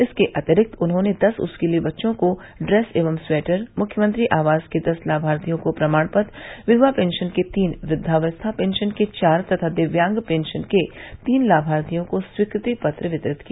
इसके अतिरिक्त उन्होंने दस स्कूली बच्चों को इेस एव स्वेटर मुख्यमंत्री आवास के दस लाभार्थियों को प्रमाण पत्र विधवा पेंशन के तीन वृद्दावस्था पेंशन के चार तथा दिव्यांग पेंशन के तीन लाभार्थियों को स्वीकृति पत्र वितरित किया